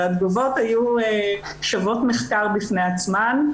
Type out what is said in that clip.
התגובות היו שוות מחקר בפני עצמן.